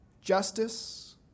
justice